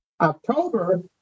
October